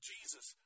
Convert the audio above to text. Jesus